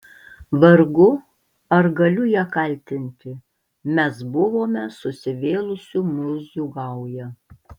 vargu ar galiu ją kaltinti mes buvome susivėlusių murzių gauja